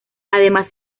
además